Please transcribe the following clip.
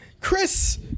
Chris